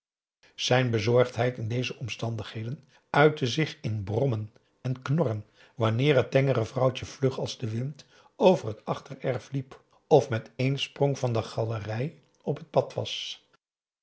zijn bezorgdheid in deze omstandigheden uitte zich in brommen en knorren wanneer het tengere vrouwtje vlug als de wind over het achtererf liep of met één sprong van de galerij op het pad was